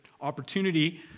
opportunity